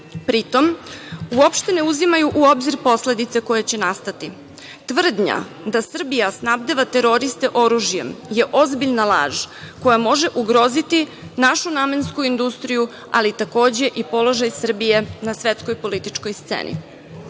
Pri tome, uopšte ne uzimaju u obzir posledice koje će nastati. Tvrdnja da Srbija snabdeva teroriste oružjem je ozbiljna laž koja može ugroziti našu namensku industriju, ali takođe i položaj Srbije na svetskoj političkoj sceni. Više